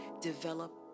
develop